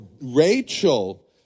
Rachel